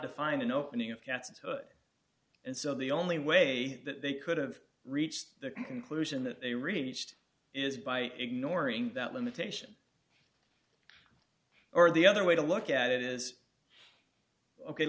define an opening of cats hood and so the only way that they could have reached the conclusion that they reached is by ignoring that limitation or the other way to look at it is ok